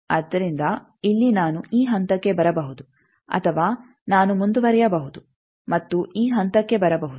ಆದ್ದರಿಂದ ಇಲ್ಲಿ ನಾನು ಈ ಹಂತಕ್ಕೆ ಬರಬಹುದು ಅಥವಾ ನಾನು ಮುಂದುವರೆಯಬಹುದು ಮತ್ತು ಈ ಹಂತಕ್ಕೆ ಬರಬಹುದು